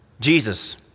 Jesus